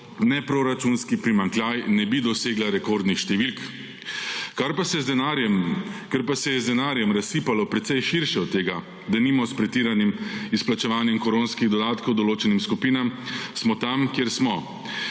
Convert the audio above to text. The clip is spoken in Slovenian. ne proračunski primanjkljaj ne bi dosegla rekordnih številk. Ker pa se je z denarjem razsipalo precej širše od tega, denimo s pretiranim izplačevanjem koronskih dodatkov določenim skupinam, smo tam, kjer smo,